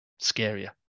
scarier